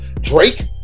Drake